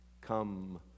come